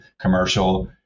commercial